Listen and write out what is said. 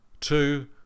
two